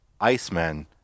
Iceman